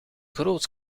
groot